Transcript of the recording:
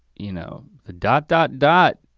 you know, the dot, dot, dot,